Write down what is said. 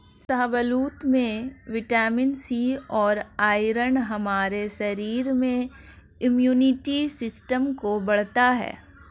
शाहबलूत में vitamin C और आयरन हमारे शरीर में इम्युनिटी सिस्टम को बढ़ता है